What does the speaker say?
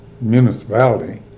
municipality